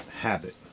habit